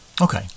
Okay